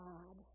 God